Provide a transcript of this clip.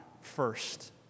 first